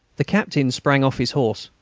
the captain sprang off his horse.